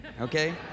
okay